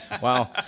Wow